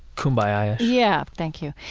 kumbaya-ish yeah. thank you.